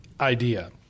idea